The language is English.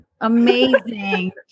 amazing